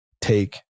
take